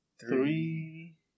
three